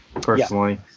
personally